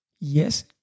yes